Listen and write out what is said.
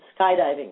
skydiving